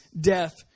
death